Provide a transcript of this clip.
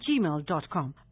gmail.com